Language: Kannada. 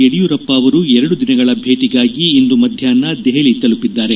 ಯಡಿಯೂರಪ್ಪ ಅವರು ಎರಡು ದಿನಗಳ ಭೇಟಿಗಾಗಿ ಇಂದು ಮಧ್ಯಾಪ್ನ ದೆಪಲಿ ತಲುಪಿದ್ದಾರೆ